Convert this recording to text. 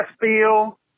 feel